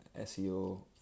SEO